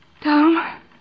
Tom